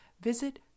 visit